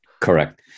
Correct